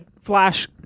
Flash